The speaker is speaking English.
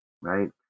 right